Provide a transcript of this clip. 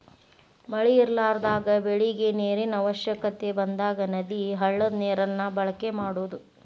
ಮಳಿ ಇರಲಾರದಾಗ ಬೆಳಿಗೆ ನೇರಿನ ಅವಶ್ಯಕತೆ ಬಂದಾಗ ನದಿ, ಹಳ್ಳದ ನೇರನ್ನ ಬಳಕೆ ಮಾಡುದು